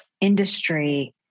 industry